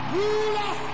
ruler